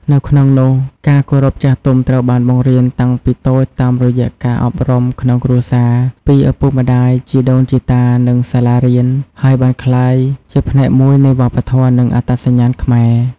នៅក្នុងនោះការគោរពចាស់ទុំត្រូវបានបង្រៀនតាំងពីតូចតាមរយៈការអប់រំក្នុងគ្រួសារ ពីឪពុកម្ដាយ ជីដូនជីតា និងសាលារៀន ហើយបានក្លាយជាផ្នែកមួយនៃវប្បធម៌ និងអត្តសញ្ញាណខ្មែរ។